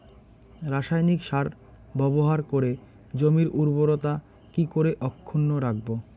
রাসায়নিক সার ব্যবহার করে জমির উর্বরতা কি করে অক্ষুণ্ন রাখবো